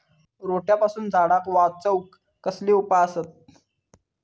रोट्यापासून झाडाक वाचौक कसले उपाय आसत?